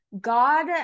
God